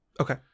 Okay